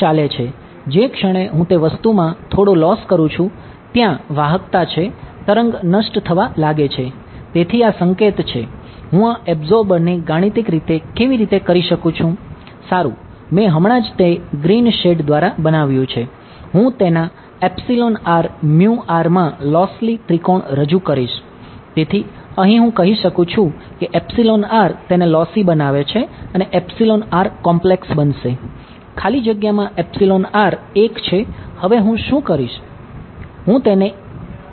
ખાલી જગ્યામાં epsilon r 1 છે હવે હું શું કરીશ હું તેને 1 j કરીશ